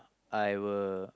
I will